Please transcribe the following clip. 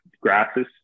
Grasses